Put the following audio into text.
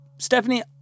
Stephanie